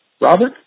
Robert